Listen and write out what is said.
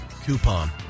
coupon